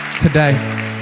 today